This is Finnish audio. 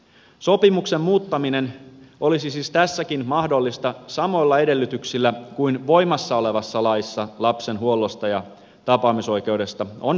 sopimuksen muuttaminen olisi siis tässäkin mahdollista samoilla edellytyksillä kuin voimassa olevassa laissa lapsen huollosta ja tapaamisoikeudesta on säädetty